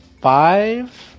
five